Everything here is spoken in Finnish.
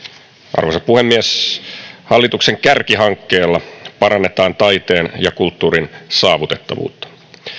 arvoisa puhemies hallituksen kärkihankkeella parannetaan taiteen ja kulttuurin saavutettavuutta